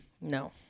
No